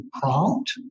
prompt